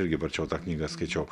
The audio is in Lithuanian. irgi varčiau tą knygą skaičiau